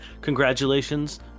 congratulations